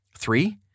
Three